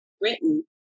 written